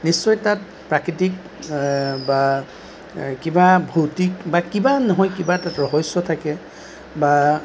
নিশ্চয় তাত প্ৰাকৃতিক বা কিবা ভৌতিক বা কিবা নহয় কিবা তাত ৰহস্য থাকে বা